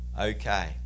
Okay